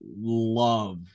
love